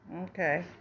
okay